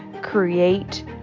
create